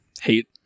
hate